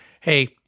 hey